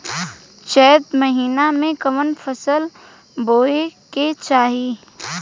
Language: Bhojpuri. चैत महीना में कवन फशल बोए के चाही?